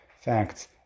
facts